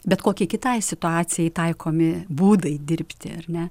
bet kokiai kitai situacijai taikomi būdai dirbti ar ne